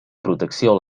protecció